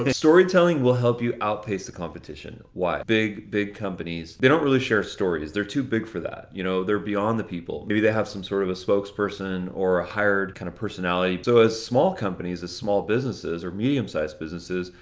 storytelling will help you outpace the competition. why? big, big companies, they don't really share stories. they're too big for that. you know, they're beyond the people. maybe they have some sort of a spokesperson, or a hired kind of personality. so as small companies, as small businesses, or medium sized businesses,